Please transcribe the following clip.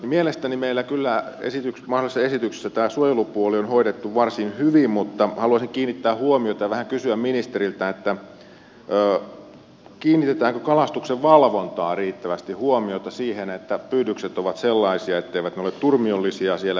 mielestäni meillä kyllä mahdollisessa esityksessä tämä suojelupuoli on hoidettu varsin hyvin mutta haluaisin kiinnittää huomiota tähän ja vähän kysyä ministeriltä kiinnitetäänkö kalastuksen valvontaan riittävästi huomiota siihen että pyydykset ovat sellaisia etteivät ne ole turmiollisia siellä vesistöllä